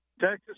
Texas